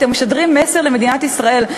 אתם משדרים מסר למדינת ישראל,